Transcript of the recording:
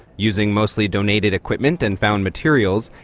using mostly donated equipment and found materials,